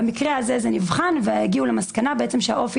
במקרה הזה זה נבחן והגיעו למסקנה שהאופי